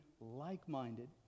like-minded